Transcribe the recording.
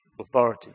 authority